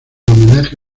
homenaje